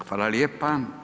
Hvala lijepa.